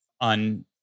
on